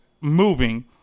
moving